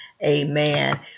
Amen